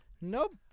Nope